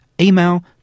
Email